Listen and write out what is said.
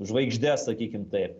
žvaigždes sakykim taip